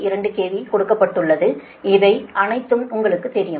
2 KV கொடுக்கப்பட்டுள்ளது இவை அனைத்தும் உங்களுக்கு தெரியும்